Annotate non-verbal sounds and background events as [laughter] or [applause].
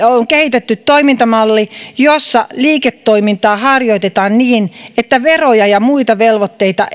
on kehitetty toimintamalli jossa liiketoimintaa harjoitetaan niin että veroja ja muita velvoitteita [unintelligible]